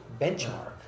benchmark